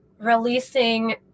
releasing